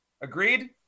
Agreed